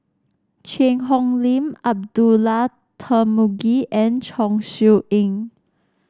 Cheang Hong Lim Abdullah Tarmugi and Chong Siew Ying